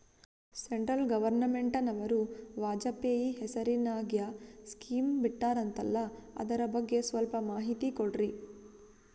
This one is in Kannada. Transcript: ಸೆಂಟ್ರಲ್ ಗವರ್ನಮೆಂಟನವರು ವಾಜಪೇಯಿ ಹೇಸಿರಿನಾಗ್ಯಾ ಸ್ಕಿಮ್ ಬಿಟ್ಟಾರಂತಲ್ಲ ಅದರ ಬಗ್ಗೆ ಸ್ವಲ್ಪ ಮಾಹಿತಿ ಕೊಡ್ರಿ?